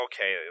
okay